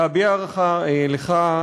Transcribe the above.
להביע הערכה לך,